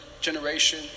generation